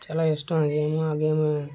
చాలా ఇష్టం ఆ గేమ్ ఆ గేమ్